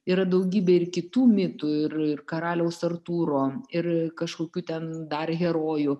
yra daugybė ir kitų mitų ir ir karaliaus artūro ir kažkokių ten dar herojų